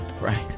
Right